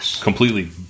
completely